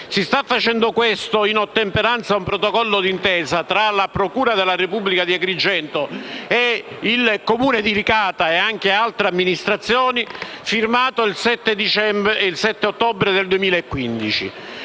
Si sta facendo questo in ottemperanza a un protocollo di intesa tra la procura della Repubblica di Agrigento, il Comune di Licata e altre amministrazioni, firmato il 7 ottobre del 2015.